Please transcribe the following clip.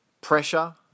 pressure